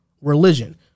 religion